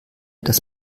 das